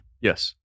Yes